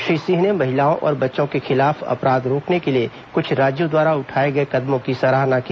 श्री सिंह ने महिलाओं और बच्चों को खिलाफ अपराध रोकने के लिए कुछ राज्यों द्वारा उठाए गए कदमों की सराहना की